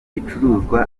bicuruzwa